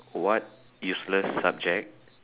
what useless subject